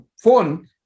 phone